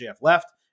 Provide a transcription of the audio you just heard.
left